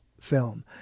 film